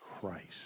Christ